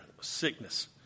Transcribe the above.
sickness